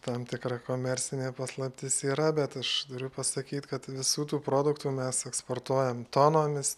tam tikra komercinė paslaptis yra bet aš turiu pasakyt kad visų tų produktų mes eksportuojam tonomis